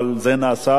אבל זה נעשה,